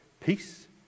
peace